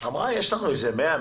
היא אמרה: יש לנו איזה 100,